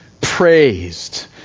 praised